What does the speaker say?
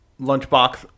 Lunchbox